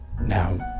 Now